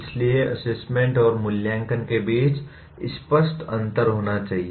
इसलिए असेसमेंट और मूल्यांकन के बीच स्पष्ट अंतर होना चाहिए